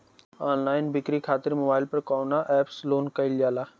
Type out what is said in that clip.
Online बिक्री खातिर mobile पर कवना एप्स लोन कईल जाला?